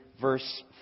verse